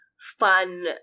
Fun